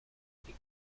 avec